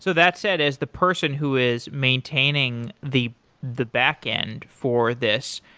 so that said, as the person who is maintaining the the backend for this,